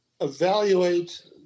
evaluate